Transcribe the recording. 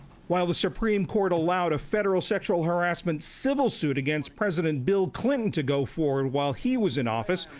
while the supreme court allowed a federal sexual harassment civil suit against president bill clinton to go forward while he was in office,